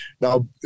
Now